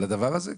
לדבר הזה,